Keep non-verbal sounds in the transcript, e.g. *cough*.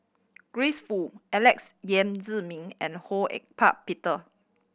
Grace Fu Alex Yam Ziming and Ho *unintelligible* Peter